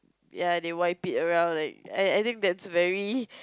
ya they wipe it around like I I think that's very